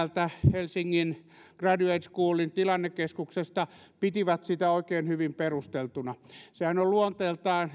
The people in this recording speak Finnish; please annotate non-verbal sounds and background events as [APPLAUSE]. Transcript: helsingin graduate schoolin tilannekeskuksesta pitivät sitä oikein hyvin perusteltuna sehän on luonteeltaan [UNINTELLIGIBLE]